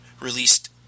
released